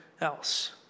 else